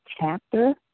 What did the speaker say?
chapter